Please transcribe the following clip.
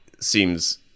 seems